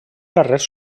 carrers